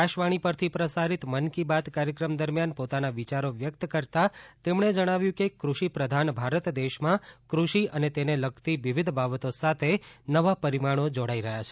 આકાશવાણી પરથી પ્રસારિત મન કી બાત કાર્યક્રમ દરમિયાન પોતાના વિયારો વ્યક્ત કરતાં તેમણે જણાવ્યું કે કૃષિ પ્રધાન ભારત દેશમાં ક઼ષિ અને તેને લગતી વિવિધ બાબતો સાથે નવાં પરિમાણો જોડાઈ રહ્યા છે